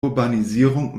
urbanisierung